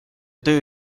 töö